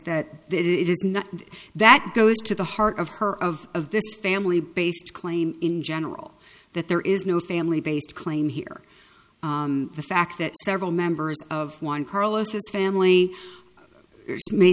not that goes to the heart of her of of this family based claim in general that there is no family based claim here the fact that several members of one carlos his family may